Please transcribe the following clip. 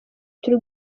turi